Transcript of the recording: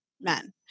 men